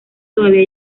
todavía